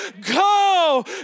go